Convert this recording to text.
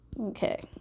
Okay